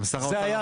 זה היה הסיכום דאז.